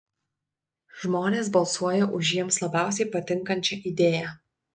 žmonės balsuoja už jiems labiausiai patinkančią idėją